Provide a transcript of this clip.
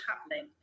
happening